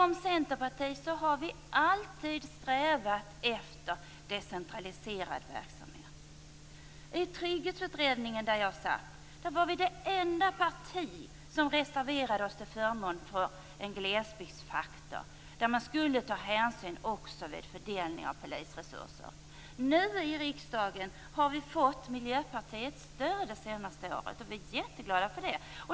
Vi centerpartister har alltid strävat efter en decentraliserad verksamhet. Jag satt med i Trygghetsutredningen. Centern var det enda partiet där som reserverade sig till förmån för glesbygdsfaktorn - hänsyn skulle tas också vid fördelningen av polisresurser. Under det senaste året har vi fått stöd av Miljöpartiet här i riksdagen. Det är vi mycket glada över.